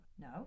No